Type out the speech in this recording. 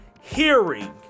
hearing